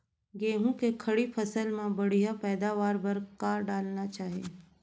गेहूँ के खड़ी फसल मा बढ़िया पैदावार बर का डालना चाही?